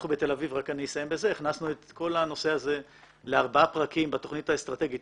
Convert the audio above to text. אנחנו בתל אביב הכנסנו את כל הנושא הזה לארבעה פרקים בתוכנית האסטרטגית,